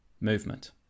movement